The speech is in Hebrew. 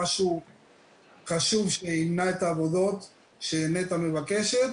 משהו חשוב שימנע את העבודות שנת"ע מבקשת,